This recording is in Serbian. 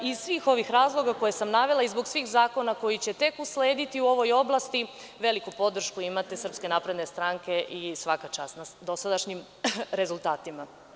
Iz svih ovih razloga koje sam navela i zbog svih zakona koji će tek uslediti u ovoj oblasti, veliku podršku imate SNS i svaka čast na dosadašnjim rezultatima.